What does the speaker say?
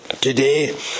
today